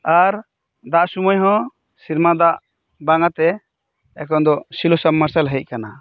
ᱟᱨ ᱫᱟᱜ ᱥᱚᱢᱚᱭ ᱦᱚᱸ ᱥᱮᱨᱢᱟ ᱫᱟᱜ ᱵᱟᱝᱟᱛᱮ ᱮᱠᱷᱚᱱ ᱫᱚ ᱥᱮᱞᱳ ᱥᱟᱢ ᱢᱟᱨᱥᱟᱞ ᱦᱮᱡ ᱠᱟᱱᱟ